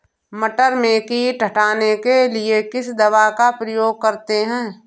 मटर में कीट हटाने के लिए किस दवा का प्रयोग करते हैं?